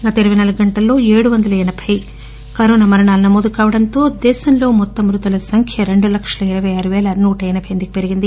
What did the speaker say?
గత ఇరవై నాలుగు గంటల్లో ఏడువందల ఎనబై కరోనా మరణాలు నమోదు కావడంతో మొత్తం మృతుల సంఖ్య రెండు లక్షల ఇరపై ఆరు పేల నూట ఎనబై ఎనిమిది కి పెరిగింది